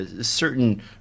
certain